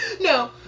no